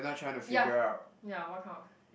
yeah yeah what kind of